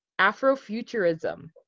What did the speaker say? Afrofuturism